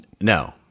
no